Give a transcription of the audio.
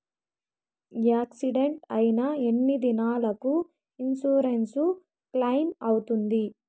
Accident అయిన ఎన్ని దినాలకు ఇన్సూరెన్సు క్లెయిమ్ అవుతుంది?